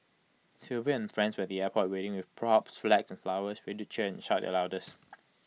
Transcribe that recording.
Sylvia and friends were at the airport waiting with props flags and flowers ready cheer and shout their loudest